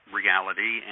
reality